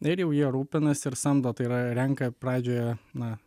ir jau jie rūpinasi ir samdo tai yra renka pradžioje na